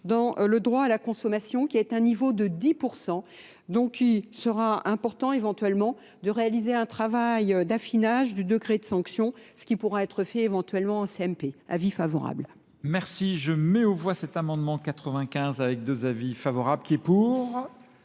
dans le droit à la consommation qui est un niveau de 10%, donc qui sera important éventuellement de réaliser un travail d'affinage du degré de sanction, ce qui pourra être fait éventuellement en CMP. Avis favorable. Merci, je mets au voie cet amendement 95 avec deux avis favorables, qui est pour,